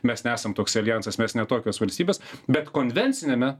mes nesam toks aljansas mes ne tokios valstybės bet konvenciniame